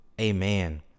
amen